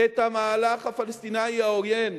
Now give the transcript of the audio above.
את המהלך הפלסטיני העוין,